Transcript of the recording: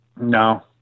no